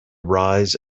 rise